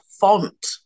font